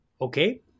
Okay